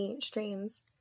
streams